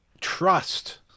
trust